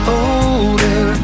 older